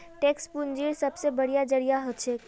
tax पूंजीर सबसे बढ़िया जरिया हछेक